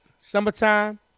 Summertime